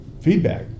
feedback